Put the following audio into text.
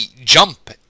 jump